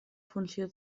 funció